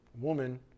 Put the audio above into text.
woman